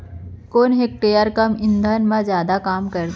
कोन टेकटर कम ईंधन मा जादा काम करथे?